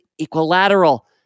equilateral